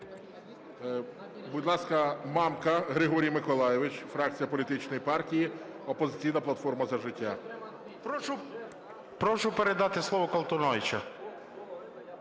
Прошу передати слово Колтуновичу.